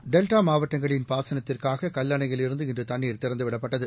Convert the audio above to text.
delta மாவட்டங்களின் பாசனத்துக்காக கல்லணையிலிருந்து இன்று தண்ணீர் திறந்து விடப்பட்டது